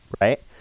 right